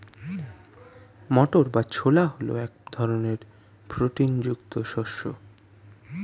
মটর বা ছোলা হল এক ধরনের প্রোটিন যুক্ত শস্য